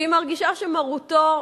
והיא מרגישה שמרותו,